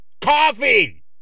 coffee